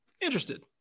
Interested